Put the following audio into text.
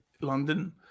London